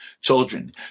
children